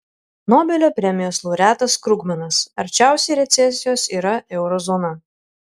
nobelio premijos laureatas krugmanas arčiausiai recesijos yra euro zona